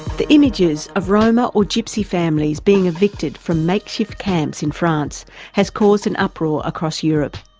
the images of roma or gypsy families being evicted from makeshift camps in france has caused an uproar across europe.